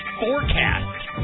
Forecast